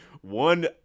One